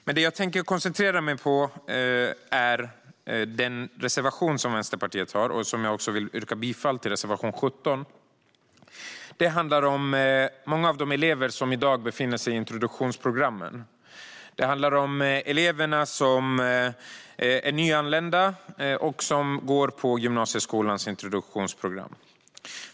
Men det jag tänker koncentrera mig på är den reservation som Vänsterpartiet har och som jag vill yrka bifall till - reservation 17. Det handlar om många av de elever som i dag befinner sig i introduktionsprogrammen. Det handlar om elever som är nyanlända och som går i gymnasieskolans introduktionsprogram.